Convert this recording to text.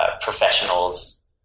professionals